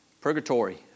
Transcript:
purgatory